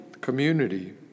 community